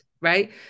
right